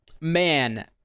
Man